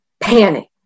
Panic